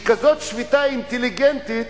כזאת שביתה אינטליגנטית,